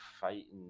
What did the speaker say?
fighting